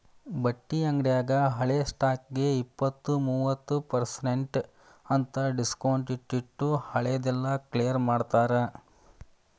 ಬಟ್ಟಿ ಅಂಗ್ಡ್ಯಾಗ ಹಳೆ ಸ್ಟಾಕ್ಗೆ ಇಪ್ಪತ್ತು ಮೂವತ್ ಪರ್ಸೆನ್ಟ್ ಅಂತ್ ಡಿಸ್ಕೊಂಟ್ಟಿಟ್ಟು ಹಳೆ ದೆಲ್ಲಾ ಕ್ಲಿಯರ್ ಮಾಡ್ತಾರ